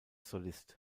solist